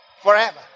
forever